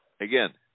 Again